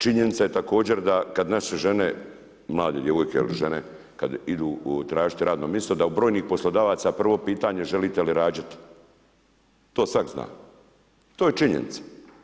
Činjenica je također da kada naše žene, mlade djevojke ili žene kada idu tražiti radno mjesto da u brojnih poslodavac prvo pitanje želite li rađati, to svak zna, to je činjenica.